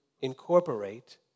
incorporate